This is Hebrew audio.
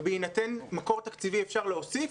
ובהינתן מקור תקציבי אפשר להוסיף,